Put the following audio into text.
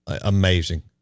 Amazing